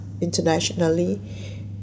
internationally